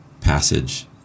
passage